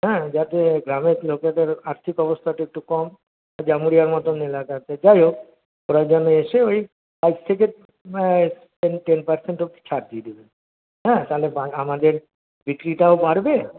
হ্যাঁ যাতে গ্রামের লোকেদের আর্থিক অবস্থাটা একটু কম জামুরিয়ার মতো এলাকাতে যাই হোক ওরা যেন এসে ওই ফাইভ থেকে টেন টেন পার্সেন্ট অবধি ছাড় দিয়ে দেবেন হ্যাঁ তাহলে বা আমাদের বিক্রিটাও বাড়বে